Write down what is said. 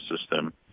system